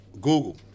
Google